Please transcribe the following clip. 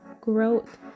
growth